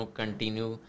continue